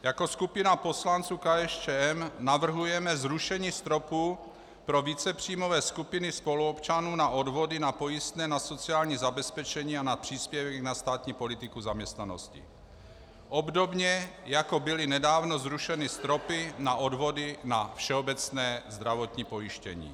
Jako skupina poslanců KSČM navrhujeme zrušení stropu pro vícepříjmové skupiny spoluobčanů na odvody na pojistné na sociální zabezpečení a na příspěvek na státní politiku zaměstnanosti, obdobně jako byly nedávno zrušeny stropy na odvody na všeobecné pojištění.